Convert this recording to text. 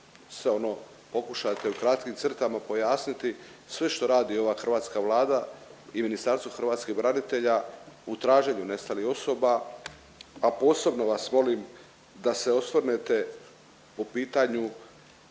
se ono pokušate u kratkim crtama pojasniti sve što radi ova hrvatska Vlada i Ministarstvo hrvatskih branitelja u traženju nestalih osoba, a posebno vas molim da se osvrnete po pitanju